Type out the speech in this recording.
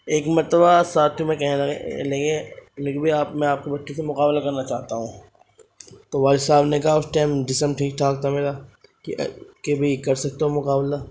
ایک مرتبہ ساتھ میں کہنے لگے لگے کہ بھائی آپ میں آپ کے بچے سے مقابلہ کرنا چاہتا ہوں تو والد صاحب نے کہا اس ٹائم جسم ٹھیک ٹھاک تھا میرا کہ کہ بھائی کر سکتے ہو مقابلہ